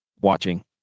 watching